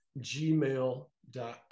gmail.com